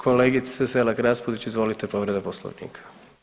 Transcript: Kolegice Selak Raspudić, izvolite povreda Poslovnika.